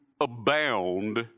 abound